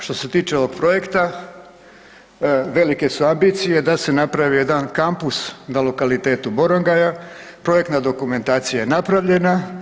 Što se tiče ovog projekta velike su ambicije da se napravi jedan Kampus na lokalitetu Borongaja, projektna dokumentacija je napravljena.